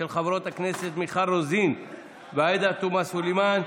של חברות הכנסת מיכל רוזין ועאידה תומא סלימאן.